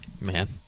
Man